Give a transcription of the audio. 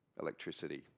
electricity